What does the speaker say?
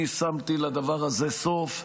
אני שמתי לדבר הזה סוף.